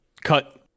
cut